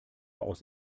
aus